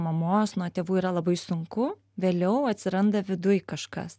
mamos nuo tėvų yra labai sunku vėliau atsiranda viduj kažkas